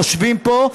יושבים פה,